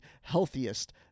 healthiest